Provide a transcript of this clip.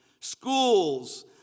Schools